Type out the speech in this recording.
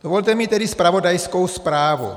Dovolte mi tedy zpravodajskou zprávu.